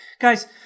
Guys